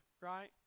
right